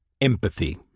Empathy